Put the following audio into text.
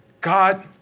God